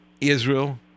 Israel